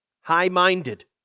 high-minded